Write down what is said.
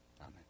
Amen